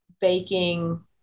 baking